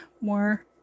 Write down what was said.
more